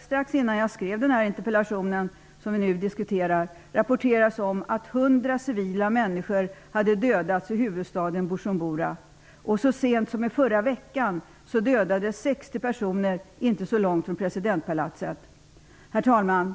strax innan jag skrev den interpellation som vi nu diskuterar, rapporterades att 100 civila människor hade dödats i huvudstaden Bujumbura. Så sent som i förra veckan dödades 60 personer inte så långt från presidentpalatset. Herr talman!